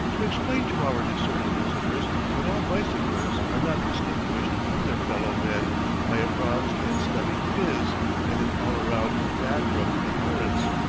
to explain to our discerning visitors that all bicyclers are not distinguished from their fellow men by a bronzed and stubby phiz and an all-around vagrom appearance.